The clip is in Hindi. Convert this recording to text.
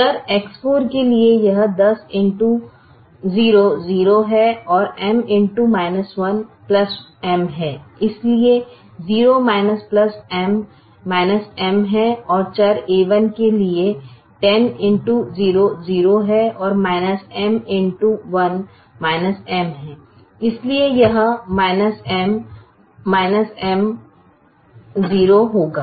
चर X4 के लिए यह 10 x 0 0 है M x 1 M है इसलिए 0 M M है और चर a1 के लिए 10 x 0 0 है M x 1 - M है इसलिए यह M 0 होगा